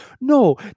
no